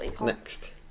Next